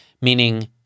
meaning